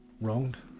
wronged